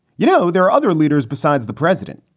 you know, there are other leaders besides the president.